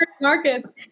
markets